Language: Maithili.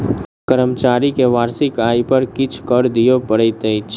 कर्मचारी के वार्षिक आय पर किछ कर दिअ पड़ैत अछि